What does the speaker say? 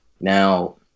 Now